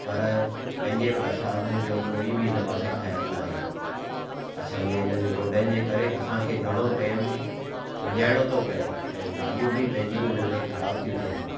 पर पंहिंजे प्रशासन जो कोई बि हिन पासे ख़्यालु ना आहे असां जे हिननि रोडनि जे करे असां खे घणो टाइम विञाइणो थो पए ऐं गाॾियूं बि पंहिंजियूं इननि लाइ ख़राब थियूं थियनि